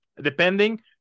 depending